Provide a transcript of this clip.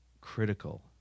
critical